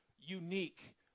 unique